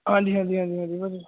ਹਾਂਜੀ ਹਾਂਜੀ ਹਾਂਜੀ ਹਾਂਜੀ ਭਾਜੀ